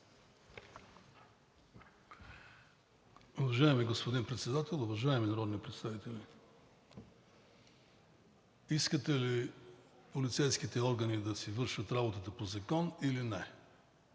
Уважаеми господин Председател, уважаеми народни представители! Искате ли полицейските органи да си вършат работата по закон или не?